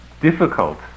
difficult